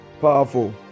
Powerful